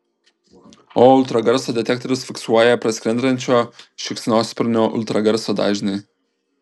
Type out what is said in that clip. o ultragarso detektorius fiksuoja praskrendančio šikšnosparnio ultragarso dažnį